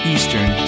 Eastern